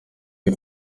oya